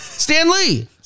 Stanley